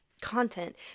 content